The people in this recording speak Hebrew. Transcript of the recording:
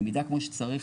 למידה כמו שצריך,